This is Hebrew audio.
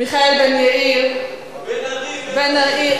מיכאל בן-יאיר, בן-ארי, בן-ארי.